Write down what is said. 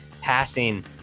passing